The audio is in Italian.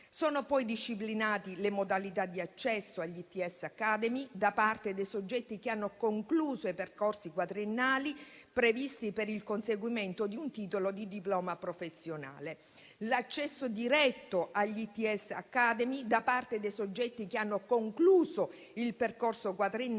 Sono poi disciplinate le modalità di accesso agli ITS Academy da parte dei soggetti che hanno concluso i percorsi quadriennali previsti per il conseguimento di un titolo di diploma professionale. L'accesso diretto agli ITS Academy da parte dei soggetti che hanno concluso il percorso quadriennale